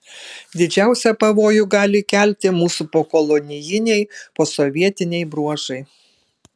didžiausią pavojų gali kelti mūsų pokolonijiniai posovietiniai bruožai